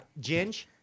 ginge